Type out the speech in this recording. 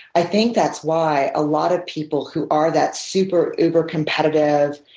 i think that's why a lot of people who are that super, uber-competitive,